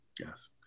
Yes